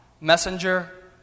Messenger